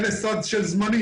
לא צריך סד כזה של זמנים.